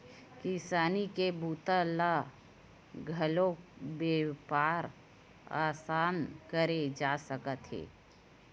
किसानी के बूता ल घलोक बेपार असन करे जा सकत हे